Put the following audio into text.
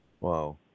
Wow